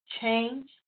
change